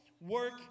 work